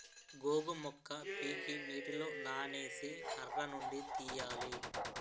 గోగు మొక్క పీకి నీటిలో నానేసి కర్రనుండి తీయాలి